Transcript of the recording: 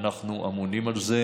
ואנחנו אמונים על זה.